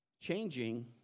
changing